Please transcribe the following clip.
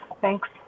thanks